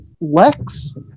Lex